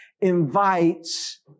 invites